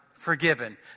forgiven